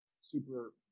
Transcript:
super